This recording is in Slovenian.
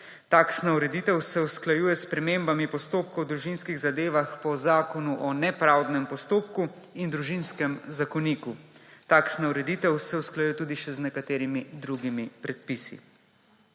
Taksna ureditev se usklajuje s spremembami postopkov v družinskih zadevah po Zakonu o nepravdnem postopku in Družinskem zakoniku. Taksna ureditev se usklajuje tudi še z nekaterimi drugimi predpisi.